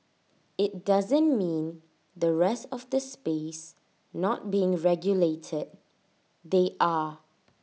IT doesn't mean the rest of the space not being regulated they are